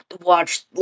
watch